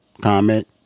comment